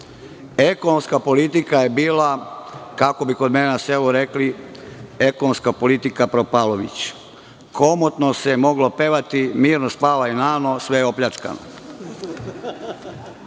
Ekonomska politika je bila, kako bi kod mene na selu rekli. Ekonomska politika „propalović“, komotno se moglo pevati, - mirno spavaj nano, sve je opljačkano.